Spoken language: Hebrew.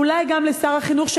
ואולי גם לשר החינוך,